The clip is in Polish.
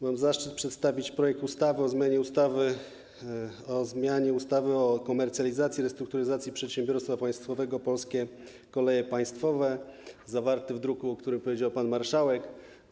Mam zaszczyt przedstawić projekt ustawy o zmianie ustawy o komercjalizacji i restrukturyzacji przedsiębiorstwa państwowego ˝Polskie Koleje Państwowe˝ zawarty w druku, o którym mówił pan marszałek.